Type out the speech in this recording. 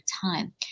time